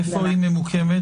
איפה היא ממוקמת?